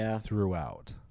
throughout